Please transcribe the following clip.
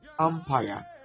empire